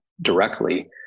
directly